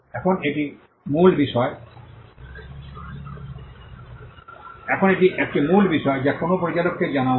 এখন এটি একটি মূল বিষয় যা কোন পরিচালককে জানা উচিত